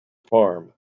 farm